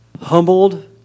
humbled